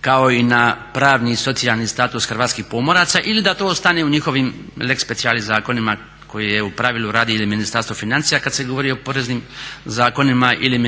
kao i na pravni i socijalni status hrvatskih pomoraca ili da to ostane u njihovim lex specialis zakonima koje u pravilu radi ili Ministarstvo financija kad se govori o poreznim zakonima ili